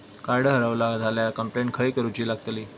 Card हरवला झाल्या complaint खय करूची लागतली?